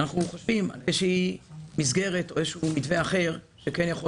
אנחנו חושבים על איזו מסגרת או על איזה מתווה אחר שכן יכול